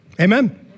Amen